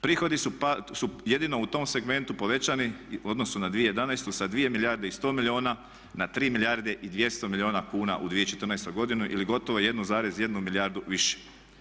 Prihodi su jedino u tom segmentu povećani u odnosu na 2011. sa 2 milijarde i 100 milijuna na 3 milijarde i 200 milijuna kuna u 2014. godini ili gotovo 1,1 milijardu više.